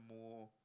more